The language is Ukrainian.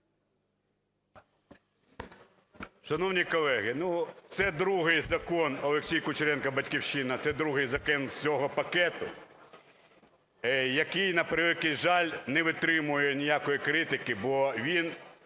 Шановні колеги, це другий закон… Олексій Кучеренко, "Батьківщина". Це другий закон з цього пакету, який, на превеликий жаль, не витримує ніякої критики, бо він